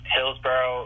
Hillsboro